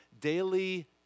daily